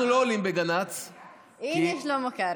אנחנו לא עולים בגנ"צ כי, הינה שלמה קרעי.